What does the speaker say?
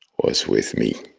was with me